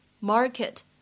market